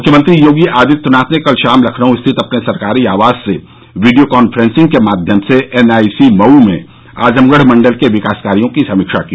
मुख्यमंत्री योगी आदित्यनाथ ने कल शाम लखनऊ स्थित अपने सरकारी आवास से वीडियो कान्फ्रेन्सिंग के माध्यम से एनआईसी मऊ में आजमगढ़ मण्डल के विकास कार्यो की समीक्षा की